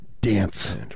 Dance